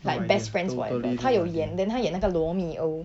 like best friends forever 他有演 then 他演那个罗密欧